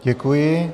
Děkuji.